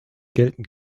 geltend